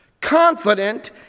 confident